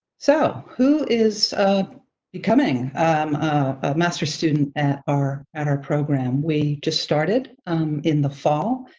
so who is becoming a master student at our at our program? we just started in the fall.